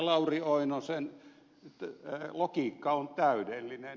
lauri oinosen logiikka on täydellinen